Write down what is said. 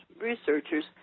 researchers